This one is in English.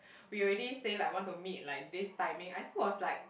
we already say like want to meet like this timing I think was like